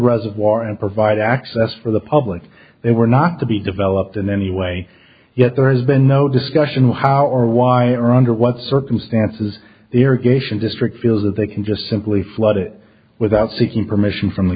reservoir and provide access for the public they were not to be developed in any way yet there has been no discussion of how or why or under what circumstances the air geishas district feels that they can just simply flood it without seeking permission from the